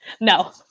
No